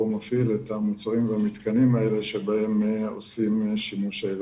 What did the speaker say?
מפעיל את המוצרים והמתקנים האלה שבהם הילדים עושים שימוש.